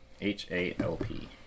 H-A-L-P